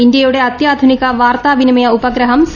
ഇന്ത്യയുടെ അത്യാധ്യുനിക വാർത്താവിനിമയ ഉപഗ്രഹം സി